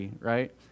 right